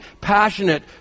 passionate